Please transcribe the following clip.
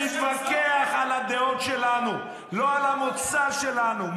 נתווכח על הדעות שלנו, לא על המוצא שלנו.